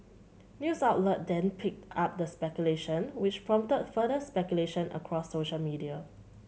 news outlet then picked up the speculation which prompted further speculation across social media